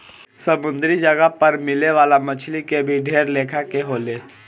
समुंद्री जगह पर मिले वाला मछली के भी ढेर लेखा के होले